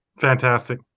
Fantastic